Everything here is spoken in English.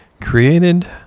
created